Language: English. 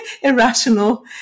irrational